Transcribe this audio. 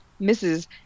Mrs